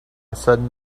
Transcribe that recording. sudden